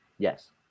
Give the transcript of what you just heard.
Yes